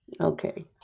Okay